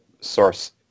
source